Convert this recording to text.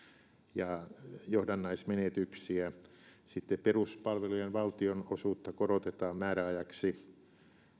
ja johdannaismenetyksiä sitten peruspalvelujen valtionosuutta korotetaan määräajaksi